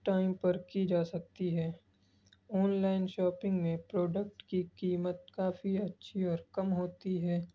time پر کی جا سکتی ہے آنلائن شاپنگ میں پروڈکٹ کی قیمت کافی اچھی اور کم ہوتی ہے